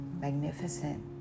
magnificent